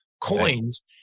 coins